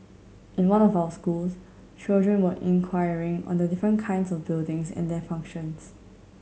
in one of our schools children were inquiring on the different kinds of buildings and their functions